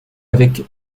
avec